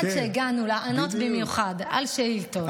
עד שהגענו לענות במיוחד על שאילתות.